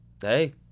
hey